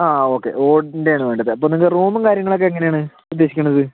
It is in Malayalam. ആ ഓക്കേ ഓടിൻ്റെയാണ് വേണ്ടത് അപ്പോൾ നിങ്ങൾക്ക് റൂമും കാര്യങ്ങളൊക്കെ എങ്ങനെയാണ് ഉദ്ദേശിക്കുന്നത്